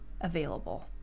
available